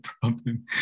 problem